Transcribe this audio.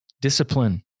discipline